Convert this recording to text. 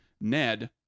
Ned